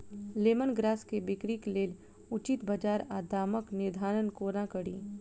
Lemon grass केँ बिक्रीक लेल उचित बजार आ दामक निर्धारण कोना कड़ी?